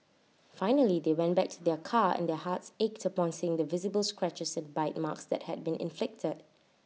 finally they went back to their car and their hearts ached upon seeing the visible scratches and bite marks that had been inflicted